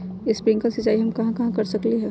Sprinkle सिंचाई हम कहाँ कहाँ कर सकली ह?